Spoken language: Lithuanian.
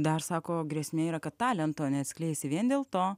dar sako grėsmė yra kad talento neatskleisi vien dėl to